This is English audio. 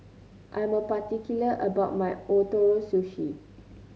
I'm particular about my Ootoro Sushi